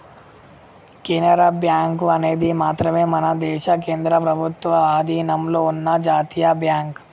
Canara bank అనేది మాత్రమే మన దేశ కేంద్ర ప్రభుత్వ అధీనంలో ఉన్న జాతీయ బ్యాంక్